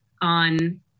on